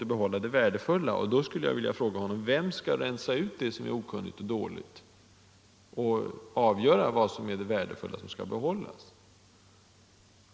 och behålla det värdefulla. Då skulle jag vilja fråga herr Gernandt: Vem skall rensa ut det som är okunnigt och dåligt och avgöra vad som är det värdefulla som skall behållas?